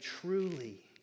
Truly